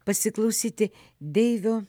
pasiklausyti deivio